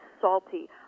salty